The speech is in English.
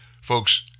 folks